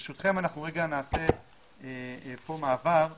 ברשותכם נעשה פה מעבר לפרופ'